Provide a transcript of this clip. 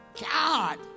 God